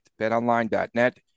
Betonline.net